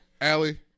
Allie